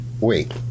Wait